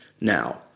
now